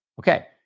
Okay